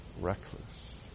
reckless